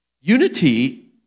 Unity